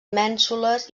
mènsules